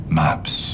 maps